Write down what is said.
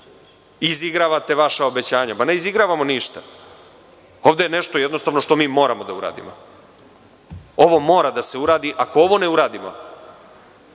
izigravate vaša obećanja. Ne izigravamo ništa. Ovo je nešto što moramo da uradimo. Ovo mora da se uradi. Ako ovo ne uradimo,